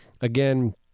Again